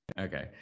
Okay